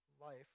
life